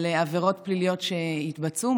על עבירות פליליות שהתבצעו.